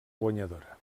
guanyadora